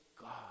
God